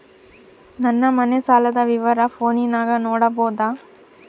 ನನ್ನ ಮನೆ ಸಾಲದ ವಿವರ ಫೋನಿನಾಗ ನೋಡಬೊದ?